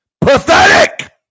Pathetic